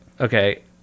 okay